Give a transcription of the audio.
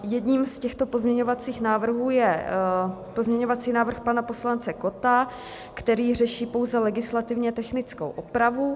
Jedním z těchto pozměňovacích návrhů je pozměňovací návrh pana poslance Kotta, který řeší pouze legislativně technickou opravu.